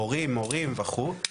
הורים מורים וכו',